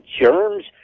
germs